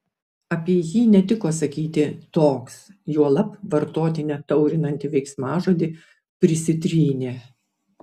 apie jį netiko sakyti toks juolab vartoti netaurinantį veiksmažodį prisitrynė